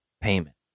payment